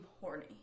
horny